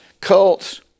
Cults